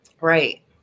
Right